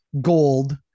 Gold